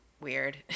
weird